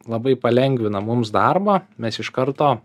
labai palengvina mums darbą mes iš karto